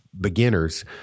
beginners